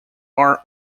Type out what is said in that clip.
are